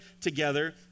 together